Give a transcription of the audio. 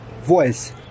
voice